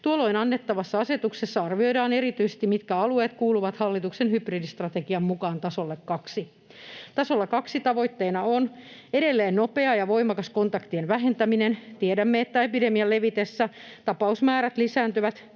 Tuolloin annettavassa asetuksessa arvioidaan erityisesti, mitkä alueet kuuluvat hallituksen hybridistrategian mukaan tasolle 2. Tasolla 2 tavoitteena on edelleen nopea ja voimakas kontaktien vähentäminen. Tiedämme, että epidemian levitessä tapausmäärät lisääntyvät